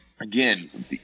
Again